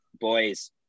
boys